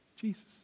Jesus